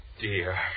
dear